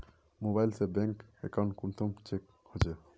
Mobile से bank account कुंसम check होचे?